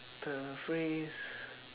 the phrase